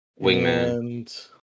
wingman